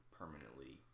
permanently